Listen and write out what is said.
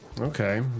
Okay